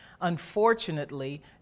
Unfortunately